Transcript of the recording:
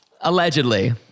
allegedly